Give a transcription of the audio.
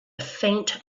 faint